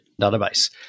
database